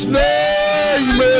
name